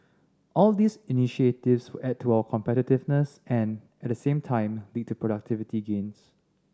all these initiatives will add to our competitiveness and at the same time lead to productivity gains